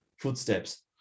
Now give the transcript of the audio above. footsteps